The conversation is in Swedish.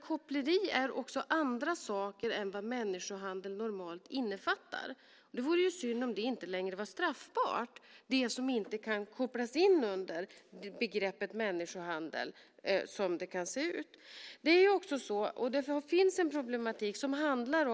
Koppleri är också andra saker än sådana som normalt innefattas i brottet människohandel, och det vore synd om sådant som inte kan kopplas in under begreppet människohandel inte längre var straffbart. Det finns en problematik.